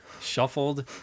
shuffled